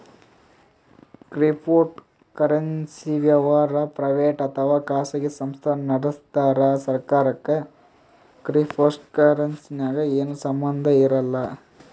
cryptocurrency ವ್ಯವಹಾರ್ private ಅಥವಾ ಖಾಸಗಿ ಸಂಸ್ಥಾ ನಡಸ್ತಾರ್ ಸರ್ಕಾರಕ್ಕ್ ಕ್ರಿಪ್ಟೋಕರೆನ್ಸಿಗ್ ಏನು ಸಂಬಂಧ್ ಇರಲ್ಲ್